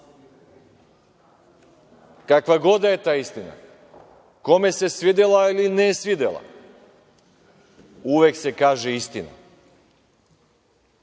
Kakva god da je ta istina, kome se svidela ili ne svidela, uvek se kaže istina.